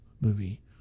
movie